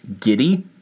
giddy